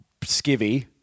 skivvy